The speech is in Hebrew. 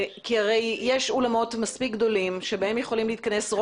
יש אולמות מספיק גדולים בהם יכולים להתכנס.